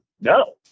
No